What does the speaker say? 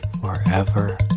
forever